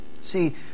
See